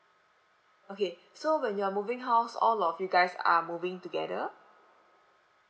okay so when you are moving house all of you guys are moving together